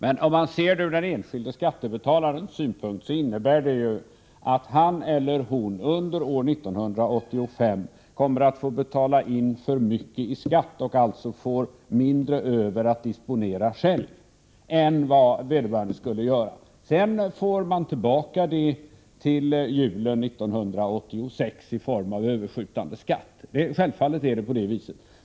Herr talman! För den enskilde skattebetalaren betyder detta att han under år 1985 kommer att få betala in för mycket i skatt och att han alltså får mindre över att disponera själv än vad han annars skulle ha. Sedan får han tillbaka pengarna till julen 1986, i form av överskjutande skatt. Självfallet är det på det viset.